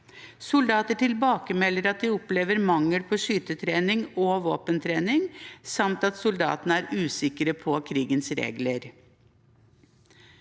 melder tilbake at de opplever mangel på skytetrening og våpentrening, samt at soldatene er usikre på krigens regler.